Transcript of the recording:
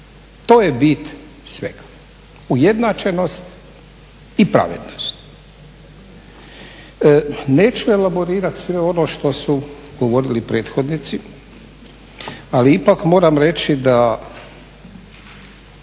To je bit svega. Ujednačenost i pravednost. Neću elaborirati sve ono što su govorili prethodnici, ali ipak moram reći da